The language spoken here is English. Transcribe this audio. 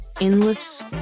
Endless